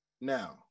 Now